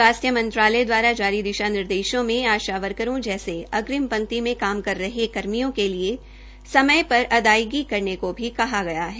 स्वास्थ्य मंत्रालय द्वारा जारी दिशा निर्देशों के एक पत्र में आशा वर्करों जैसे अग्रिम पंक्ति में काम कर रहे कर्मियों के लिए समय पर अदायगी करने को कहा गया है